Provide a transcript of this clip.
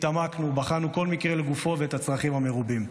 התעמקנו, בחנו כל מקרה לגופו ואת הצרכים המרובים.